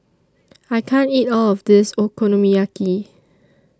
I can't eat All of This Okonomiyaki